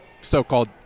so-called